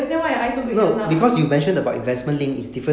then why your eye so big just now